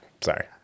Sorry